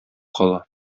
кала